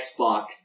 Xbox